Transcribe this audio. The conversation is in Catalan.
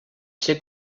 ser